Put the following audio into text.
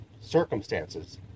circumstances